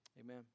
Amen